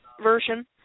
version